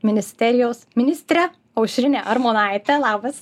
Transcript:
ministerijos ministrę aušrinę armonaitę labas